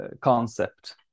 concept